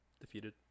defeated